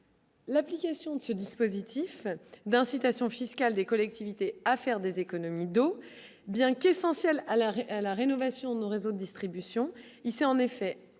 L'application de ce dispositif d'incitation fiscale des collectivités à faire des économies d'eau bien qu'essentielles à l'arrêt à la rénovation, nos réseaux distribution il s'est en effet avéré